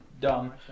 Dumb